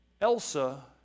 Elsa